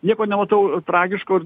nieko nematau tragiško ir